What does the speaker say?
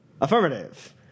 Affirmative